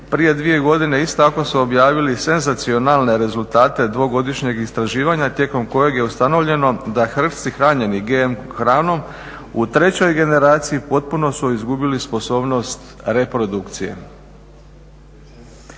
prije dvije godine isto tako su objavili senzacionalne rezultate 2-godišnjeg istraživanja tijekom kojeg je ustanovljeno da hrčci hranjeni GM hranom u trećoj generaciji potpuno su izgubili sposobnost reprodukcije.